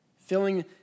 Filling